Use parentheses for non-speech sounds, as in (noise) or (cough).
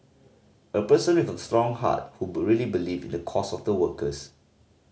a person with a strong heart who (unintelligible) really believe in the cause of the workers